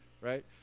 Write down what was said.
right